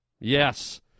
Yes